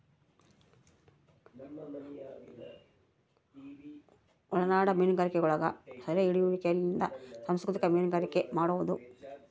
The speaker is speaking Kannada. ಒಳನಾಡ ಮೀನುಗಾರಿಕೆಯೊಳಗ ಸೆರೆಹಿಡಿಯುವಿಕೆಲಿಂದ ಸಂಸ್ಕೃತಿಕ ಮೀನುಗಾರಿಕೆ ಮಾಡುವದು